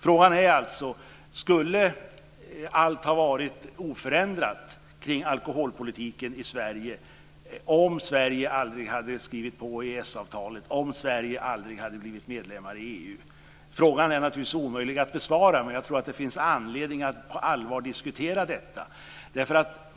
Frågan är alltså: Skulle allt ha varit oförändrat i alkoholpolitiken i Sverige om Sverige aldrig hade skrivit på EES-avtalet och om Sverige aldrig hade blivit medlem i EU? Frågan är naturligtvis omöjligt att besvara, men det finns anledning att på allvar diskutera detta.